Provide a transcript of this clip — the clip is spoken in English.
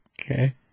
Okay